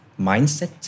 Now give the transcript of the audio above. mindset